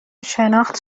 شناخت